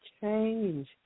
Change